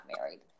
married